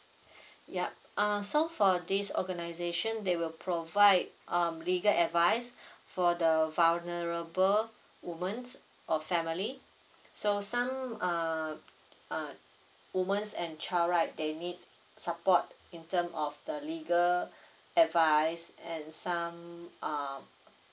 yup um so for this organization they will provide um legal advice for the vulnerable woman or family so some uh uh woman and child right they need support in term of the legal advice and some um